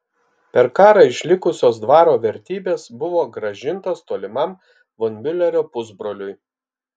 per karą išlikusios dvaro vertybės buvo grąžintos tolimam von miulerio pusbroliui